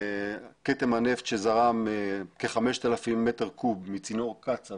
כתם הנפט שזרם כ-5,000 מטר מעוקב מצינור קצא"א